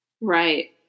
Right